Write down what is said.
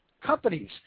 companies